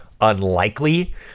unlikely